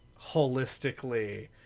holistically